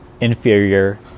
inferior